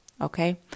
Okay